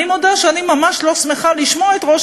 אני מודה שאני ממש לא שמחה לשמוע את ראש